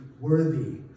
worthy